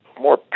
More